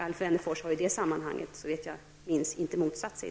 Alf Wennerfors var i det sammanhanget, såvitt jag minns, inte emot detta.